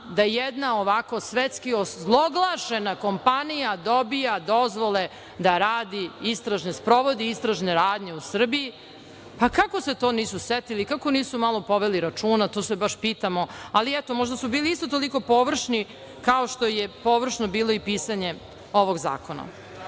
da jedna ovako svetski ozloglašena kompanija dobija dozvole da sprovodi istražne radnje u Srbiji. Kako se to nisu setili, kako nisu malo poveli računa, to se baš pitamo, ali, eto možda su bili isto toliko površni kao što je površno bilo i pisanje ovog zakona. Hajde